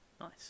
nice